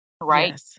Right